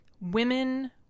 women